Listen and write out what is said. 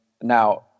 now